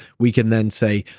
we can then say,